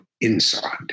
inside